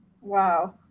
Wow